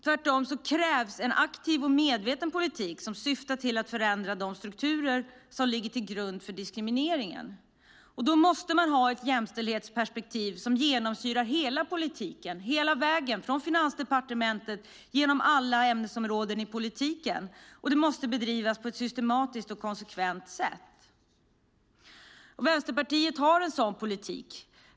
Tvärtom krävs en aktiv och medveten politik som syftar till att förändra de strukturer som ligger till grund för diskrimineringen. Då måste man ha ett jämställdhetsperspektiv som genomsyrar hela politiken, hela vägen från Finansdepartementet genom alla ämnesområden i politiken, och den måste bedrivas på ett systematiskt och konsekvent sätt. Vänsterpartiet har en sådan politik.